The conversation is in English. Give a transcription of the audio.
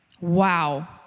Wow